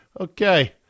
Okay